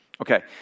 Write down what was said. Okay